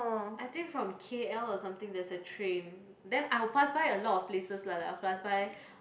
I think from k_l or something there's a train then I'll pass by a lot of places lah like I'll pass by